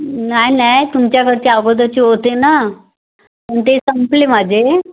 नाही नाही तुमच्याकडचे अगोदरचे होते ना पण ते संपले माझे